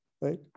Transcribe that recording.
Right